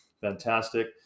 Fantastic